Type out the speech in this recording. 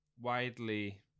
widely